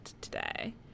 today